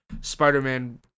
Spider-Man